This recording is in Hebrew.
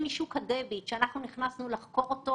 כמו למשל שוק הדביט שאנחנו נכנסנו לחקור אותו